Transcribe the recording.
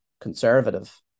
conservative